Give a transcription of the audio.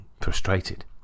frustrated